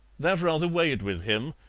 that rather weighed with him,